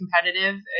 competitive